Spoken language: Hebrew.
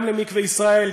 גם למקווה ישראל,